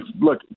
Look